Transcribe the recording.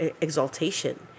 exaltation